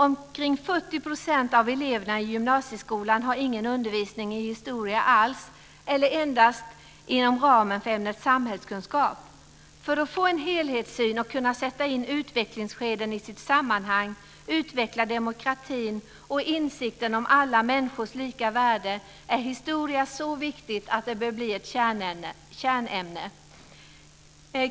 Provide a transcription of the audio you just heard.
Omkring 40 % av eleverna i gymnasieskolan har ingen undervisning i historia alls eller endast inom ramen för ämnet samhällskunskap. För att få en helhetssyn och kunna sätta in utvecklingsskeden i ett sammanhang, utveckla demokratin och insikten om alla människors lika värde är historia så viktigt att det bör bli ett kärnämne.